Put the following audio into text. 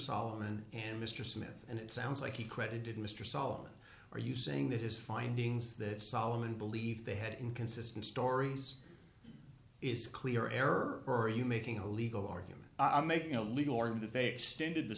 solomon and mr smith and it sounds like he credited mr solomon are you saying that his findings that solomon believed they had inconsistent stories is clear error or are you making a legal argument i'm making a legal form that they extended t